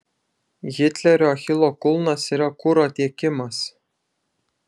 hitlerio achilo kulnas yra kuro tiekimas